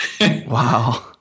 Wow